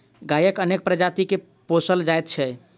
गायक अनेक प्रजाति के पोसल जाइत छै